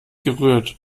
gerührt